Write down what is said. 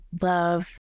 love